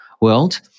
world